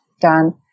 done